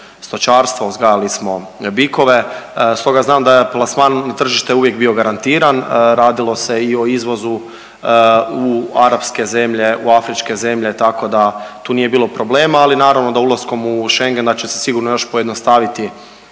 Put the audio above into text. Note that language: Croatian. stočarstva, uzgajali smo bikove, stoga znam da je plasman na tržište uvijek bio garantiran, radilo se i o izvozu u arapske zemlje, u afričke zemlje, tako da tu nije bilo problema, ali naravno da ulaskom u Schengen da će se sigurno još pojednostaviti